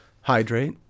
hydrate